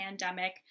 pandemic